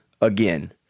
Again